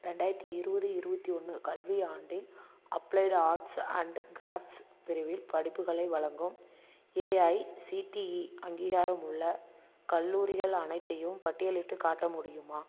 ரெண்டாயிரத்தி இருபது இருபத்தி ஒன்று கல்வியாண்டில் அப்ளைடு ஆர்ட்ஸ் அண்ட் க்ராஃப்ஸ் பிரிவில் படிப்புகளை வழங்கும் ஏஐசிடிஇ அங்கீகாரமுள்ள கல்லூரிகள் அனைத்தையும் பட்டியலிட்டுக் காட்ட முடியுமா